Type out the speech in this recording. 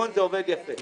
בצפון זה עובד יפה.